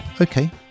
Okay